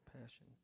passion